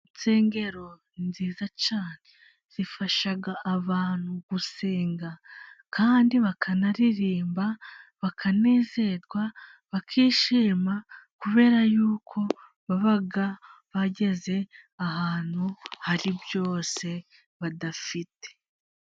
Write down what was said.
Insengero ni nziza cyane, zifasha abantu gusenga kandi bakanaririmba bakanezerwa bakishima, kubera y'uko baba bageze ahantu hari byose badafite.